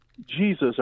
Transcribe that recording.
Jesus